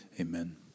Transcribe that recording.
amen